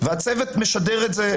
והצוות משדר את זה,